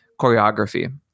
choreography